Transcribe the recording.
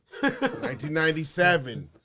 1997